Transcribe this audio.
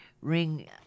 Ring